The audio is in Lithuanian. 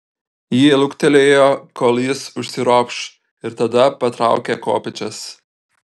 ji luktelėjo kol jis užsiropš ir tada patraukė kopėčias